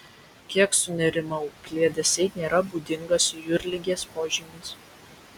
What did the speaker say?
kiek sunerimau kliedesiai nėra būdingas jūrligės požymis